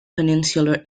peninsular